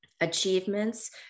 achievements